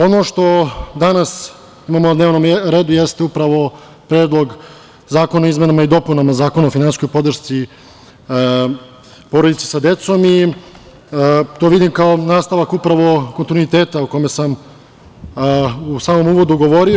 Ono što danas imamo na dnevnom redu jeste upravo Predlog zakona o izmenama i dopunama Zakona o finansijskoj podršci porodici sa decom i to vidim kao nastavak upravo kontinuiteta o kome sam u samom uvodu govorio.